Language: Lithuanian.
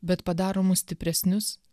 bet padaro mus stipresnius